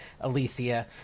Alicia